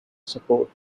support